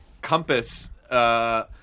compass –